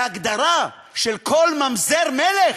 וההגדרה "כל ממזר מלך"